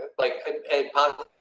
like ah a pot